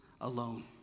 alone